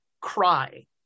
cry